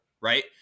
right